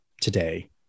today